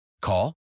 Call